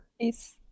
Peace